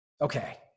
Okay